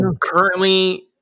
currently